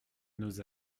nos